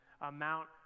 amount